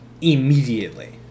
immediately